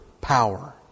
power